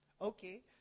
Okay